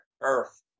Earth